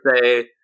say